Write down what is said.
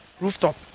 rooftop